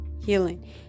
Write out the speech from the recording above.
healing